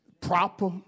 proper